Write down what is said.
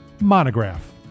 Monograph